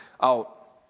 out